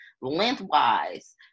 Lengthwise